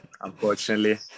Unfortunately